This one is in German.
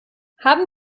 haben